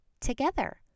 together